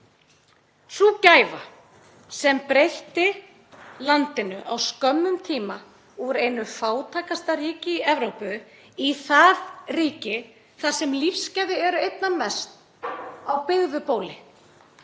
Sú gæfa sem breytti landinu á skömmum tíma úr einu fátækasta ríki Evrópu í það ríki þar sem lífsgæði eru einna mest á byggðu bóli